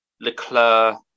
Leclerc